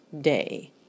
Day